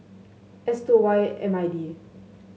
S two Y M I D